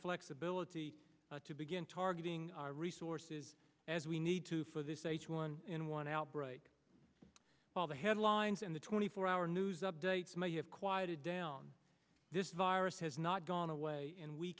flexibility to begin targeting our resources as we need to for this h one n one outbreak all the headlines in the twenty four hour news updates may have quieted down this virus has not gone away and we